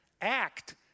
Act